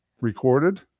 recorded